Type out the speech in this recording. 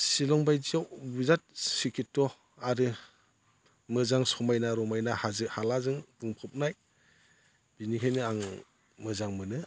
शिलंबायदियाव बिराद सिखिथ' आरो मोजां समायना रमायना हाजो हालाजों बुंफबनाय बेनिखायनो आं मोजां मोनो